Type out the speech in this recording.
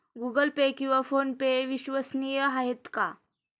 Google pay किंवा PhonePe विश्वसनीय आहेत का?